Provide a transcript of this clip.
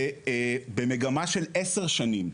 במגמה של 10 שנים,